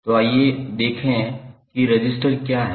तो आइए देखें कि रजिस्टर क्या है